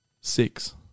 Six